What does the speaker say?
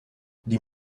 die